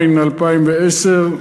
התש"ע 2010,